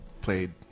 played